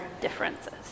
differences